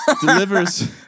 delivers